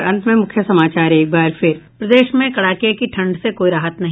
और अब अंत में मुख्य समाचार प्रदेश में कड़ाके की ठंड से कोई राहत नहीं